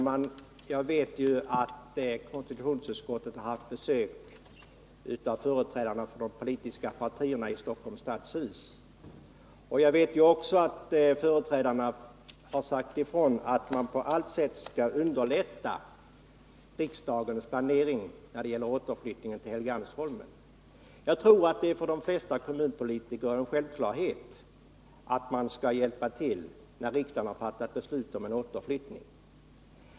Herr talman! Jag vet att konstitutionsutskottet har haft besök av företrädare för de politiska partierna i Stockholms stadshus, och jag vet också att företrädarna har sagt att man på allt sätt skall underlätta riksdagens planering när det gäller återflyttningen till Helgeandsholmen. Jag tror att det för de flesta kommunpolitiker är en självklarhet att man skall hjälpa till när riksdagen har fattat beslut om en återflyttning.